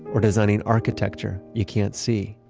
or designing architecture you can't see?